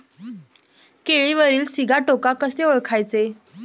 केळीवरील सिगाटोका कसे ओळखायचे?